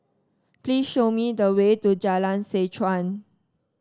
please show me the way to Jalan Seh Chuan